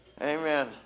Amen